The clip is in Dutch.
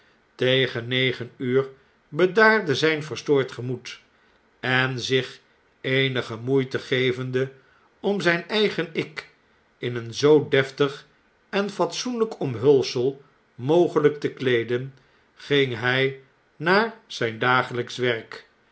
tegen negen uur bedaarde zjjn verstoord gemoed en zich eenige moeite gevende om zjjn eigen ik in een zoo deftigen fatsoenljjk omhulsei mogelp te kleeden ging hij naar zjjn dageljjksch werk